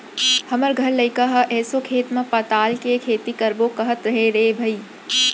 हमर घर लइका ह एसो खेत म पताल के खेती करबो कहत हे रे भई